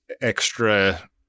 extra